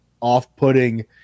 off-putting